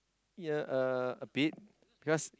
yea uh a bit because